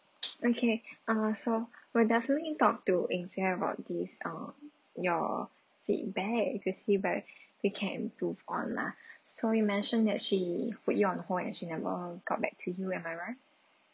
okay uh so we definitely talk to ying jie about these uh your feedback to see can improve on lah so you mentioned that she put you on a hold and she never got back to you am I right